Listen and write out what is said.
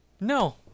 no